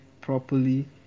properly